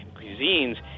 cuisines